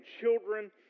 children